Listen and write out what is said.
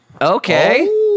Okay